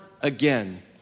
again